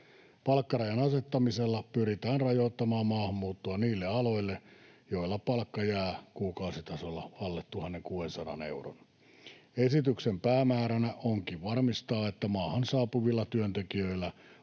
Palkkarajan asettamisella pyritään rajoittamaan maahanmuuttoa niille aloille, joilla palkka jää kuukausitasolla alle 1 600 euron. Esityksen päämääränä onkin varmistaa, että maahan saapuvilla työntekijöillä